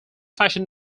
fashion